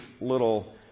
little